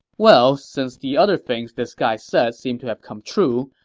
well, since the other things this guy said seem to have come true,